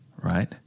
right